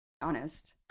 Honest